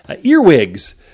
earwigs